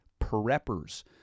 preppers